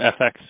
FX